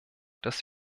dass